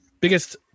biggest